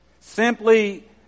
Simply